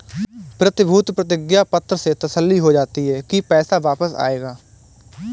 प्रतिभूति प्रतिज्ञा पत्र से तसल्ली हो जाती है की पैसा वापस आएगा